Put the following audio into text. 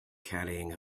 carrying